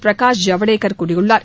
பிரகாஷ் ஜவடேகர் கூறியுள்ளார்